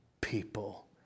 people